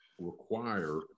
require